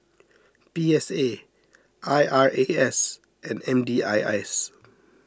P S A I R A S and M D I S